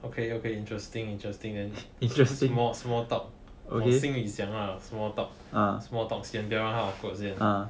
okay okay interesting interesting and interesting small talk 心里想 lah small talk small talk 不要让他 awkward 先